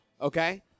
okay